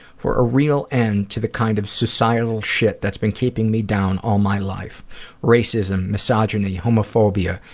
for a real end to the kind of societal shit that's been keeping me down all my life racism, misogyny, homophobia,